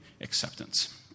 acceptance